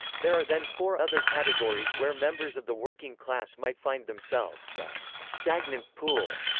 there are then four other categories where members of the working class might find themselves the stagnant pool,